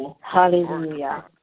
Hallelujah